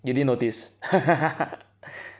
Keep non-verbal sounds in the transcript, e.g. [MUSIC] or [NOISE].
you didn't notice [LAUGHS]